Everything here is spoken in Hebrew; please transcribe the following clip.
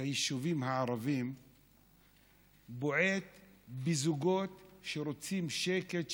ביישובים הערביים בועטים בזוגות שרוצים שקט,